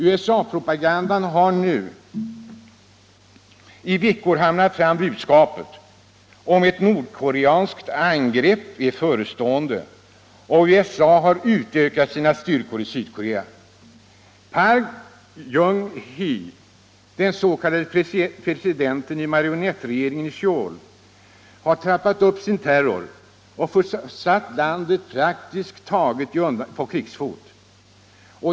USA propagandan har nu i veckor hamrat fram budskapet om att ett nordkoreanskt angrepp är förestående, och USA har utökat sina styrkor i Sydkorea. Park Chung Hee, den s.k. presidenten i marionettregeringen i Söul, har trappat upp sin terror och praktiskt taget försatt landet på krigsfot.